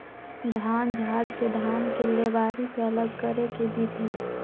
धान झाड़ के धान के लेबारी से अलग करे के विधि